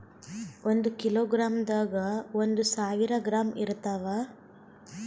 ಒಂದ್ ಕಿಲೋಗ್ರಾಂದಾಗ ಒಂದು ಸಾವಿರ ಗ್ರಾಂ ಇರತಾವ